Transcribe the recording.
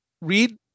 read